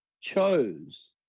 chose